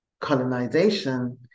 colonization